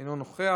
אינו נוכח,